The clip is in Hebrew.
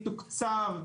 מתוקצב,